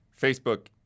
Facebook